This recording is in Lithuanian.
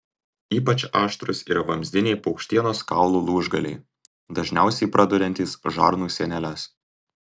ypač aštrūs yra vamzdiniai paukštienos kaulų lūžgaliai dažniausiai praduriantys žarnų sieneles